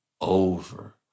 over